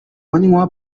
manywa